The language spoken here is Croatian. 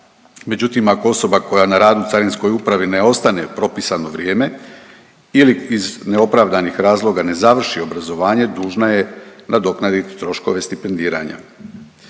Međutim ako osoba koja na radu u Carinskoj upravi ne ostane propisano vrijeme ili iz neopravdanih razloga ne završi obrazovanje dužna je nadoknadit troškove stipendiranja.